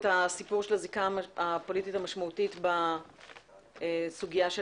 את הסיפור של הזיקה הפוליטית המשמעותית בסוגיה של